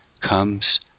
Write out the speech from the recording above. comes